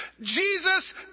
Jesus